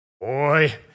boy